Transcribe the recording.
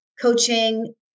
Coaching